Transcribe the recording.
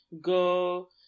go